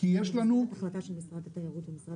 זה במסגרת החלטה של משרד התיירות ומשרד